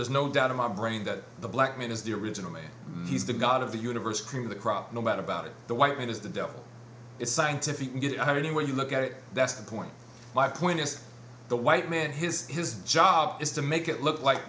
there's no doubt in my brain that the black man is the original me he's the god of the universe cream of the crop no matter about it the white man is the devil is scientific good i mean when you look at it that's the point my point is the white man his his job is to make it look like